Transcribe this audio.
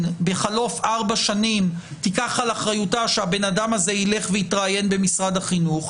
בחלוף ארבע שנים שילך ויתראיין במשרד החינוך,